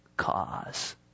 cause